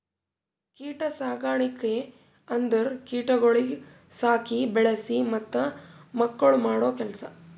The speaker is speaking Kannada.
ಕೀಟ ಸಾಕಣಿಕೆ ಅಂದುರ್ ಕೀಟಗೊಳಿಗ್ ಸಾಕಿ, ಬೆಳಿಸಿ ಮತ್ತ ಮಕ್ಕುಳ್ ಮಾಡೋ ಕೆಲಸ